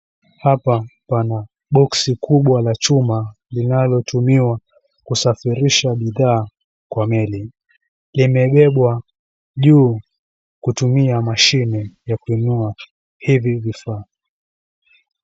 Hapa pana boksi kubwa la chuma linalotumiwa kusafirisha bidhaa kwa meli. Yamebebwa juu kutumia mashine ya kununua hivi vifaa.